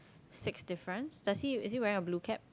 six difference does he is he wearing a blue cap